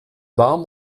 warm